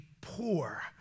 poor